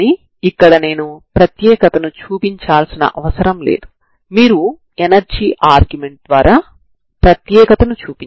ఇప్పుడు మీరు w1 w 0 అని చూపించడానికి ఎనర్జీ ఆర్గ్యుమెంట్ ని ఉపయోగించండి